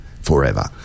forever